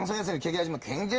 handsome guys, but.